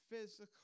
physical